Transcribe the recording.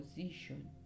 position